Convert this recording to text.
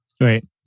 Right